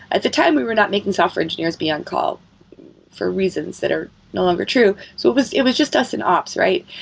at the time, we were not making software engineers be on call for reasons that are no longer true. so it was it was just us and ops, right?